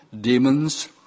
demons